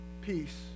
peace